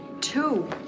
two